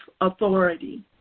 authority